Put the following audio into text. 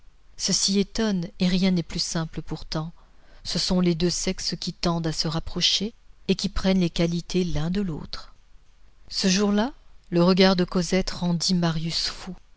ceci étonne et rien n'est plus simple pourtant ce sont les deux sexes qui tendent à se rapprocher et qui prennent les qualités l'un de l'autre ce jour-là le regard de cosette rendit marius fou